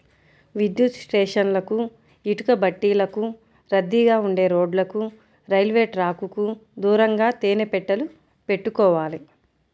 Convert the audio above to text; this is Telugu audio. విద్యుత్ స్టేషన్లకు, ఇటుకబట్టీలకు, రద్దీగా ఉండే రోడ్లకు, రైల్వే ట్రాకుకు దూరంగా తేనె పెట్టెలు పెట్టుకోవాలి